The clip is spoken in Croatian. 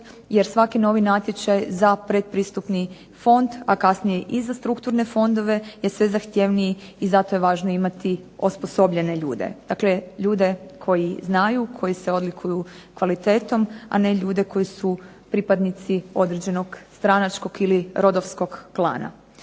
jer svaki novi natječaj za predpristupni fond, a kasnije i za strukturne fondove je sve zahtjevniji i zato je važno imati osposobljene ljude. Dakle, ljude koji znaju, koji se odlikuju kvalitetom, a ne ljude koji su pripadnici određenog stranačkog ili rodovskog klana.